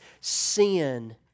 sin